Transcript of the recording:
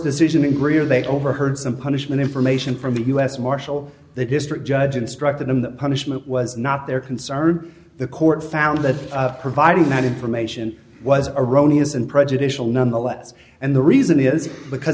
decision to agree or they overheard some punishment information from the u s marshal the district judge instructed them that punishment was not their concern the court found that providing that information was erroneous and prejudicial nonetheless and the reason is because